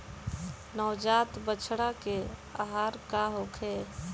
नवजात बछड़ा के आहार का होखे?